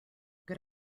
good